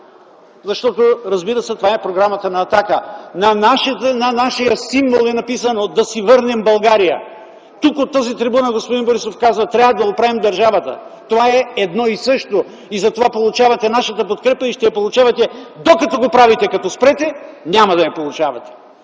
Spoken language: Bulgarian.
защото, разбира се, това е програмата на „Атака”. На нашия символ е написано: „Да си върнем България!”. Тук, от тази трибуна, господин Борисов каза: „Трябва да оправим държавата!”, което е едно и също, затова получавате нашата подкрепа и ще я получавате, докато го правите. Като спрете, няма да я получавате.